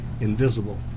invisible